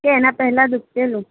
કે એના પહેલાં દુખેલું